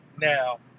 Now